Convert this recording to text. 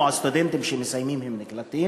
או הסטודנטים שמסיימים נקלטים.